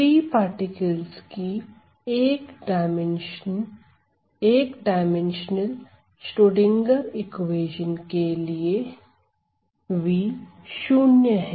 free particles की एक dimensional Schrodinger equation के लिए v शून्य है